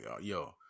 yo